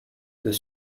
this